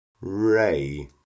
ray